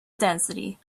density